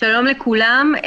שלום לכולם.